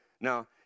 Now